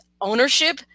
ownership